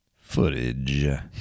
footage